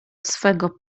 swego